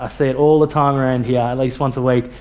i see it all the time around here, at least once a week,